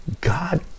God